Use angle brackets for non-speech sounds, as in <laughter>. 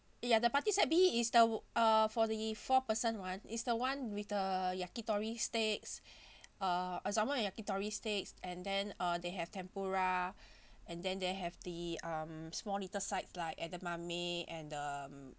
ya the party set B is the uh for the four person [one] is the one with the yakitori sticks <breath> uh osama and yakitori sticks and then uh they have tempura <breath> and then they have the um small little sides like edamame and the